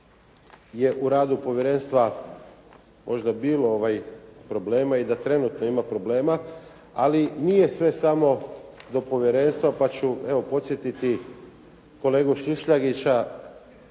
je u radu povjerenstva možda bilo problema i da trenutno ima problema, ali nije sve samo do povjerenstva pa ću, evo podsjetiti kolegu Šišljagića